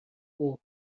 اوه